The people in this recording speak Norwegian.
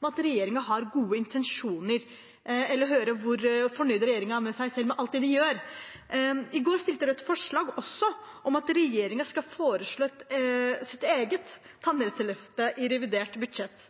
at regjeringen har gode intensjoner, eller å høre hvor fornøyd regjeringen er med seg selv og med alt det den gjør. I går fremmet Rødt et forslag om at regjeringen skal foreslå sitt eget tannhelseløfte i revidert budsjett.